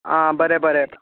आं बरें बरें